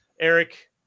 Eric